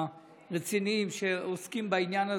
הרציניים שעוסקים בעניין הזה,